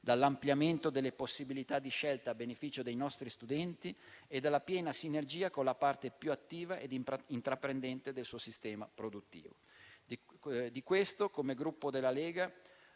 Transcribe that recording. dall'ampliamento delle possibilità di scelta a beneficio dei nostri studenti e dalla piena sinergia con la parte più attiva e intraprendente del suo sistema produttivo. Di questo, come Gruppo Lega,